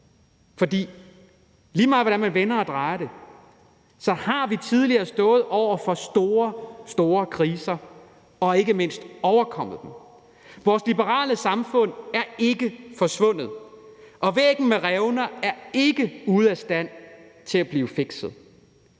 For lige meget hvordan man vender og drejer det, har vi tidligere stået over for meget store kriser, men overkommet dem. Vores liberale samfund er ikke forsvundet, og væggen med revner er ikke ude af stand til at blive fikset.